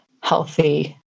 healthy